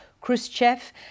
Khrushchev